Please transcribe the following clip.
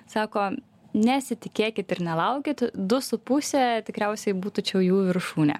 sako nesitikėkit ir nelaukit du su puse tikriausiai būtų čia jų viršūnė